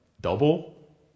Double